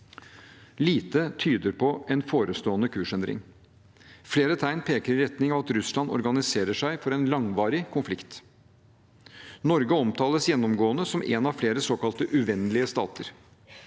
Lite tyder på en forestående kursendring. Flere tegn peker i retning av at Russland organiserer seg for en langvarig konflikt. Norge omtales gjennomgående som en av flere såkalte uvennlige stater.